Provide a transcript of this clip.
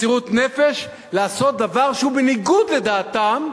מסירות נפש לעשות דבר שהוא בניגוד לדעתם,